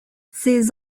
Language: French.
ces